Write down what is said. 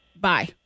bye